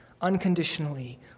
unconditionally